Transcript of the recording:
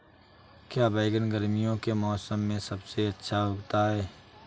क्या बैगन गर्मियों के मौसम में सबसे अच्छा उगता है?